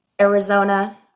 Arizona